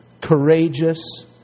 courageous